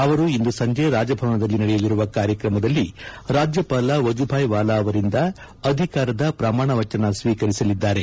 ಅವರು ಇಂದು ಸಂಜೆ ರಾಜಭವನದಲ್ಲಿ ನಡೆಯಲಿರುವ ಕಾರ್ಯಕ್ರಮದಲ್ಲಿ ರಾಜ್ಯಪಾಲ ವಜೂಭಾಯ್ ವಾಲಾ ಅವರಿಂದ ಅಧಿಕಾರದ ಪ್ರಮಾಣವಚನ ಸ್ವೀಕರಿಸಲಿದ್ದಾರೆ